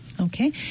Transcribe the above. okay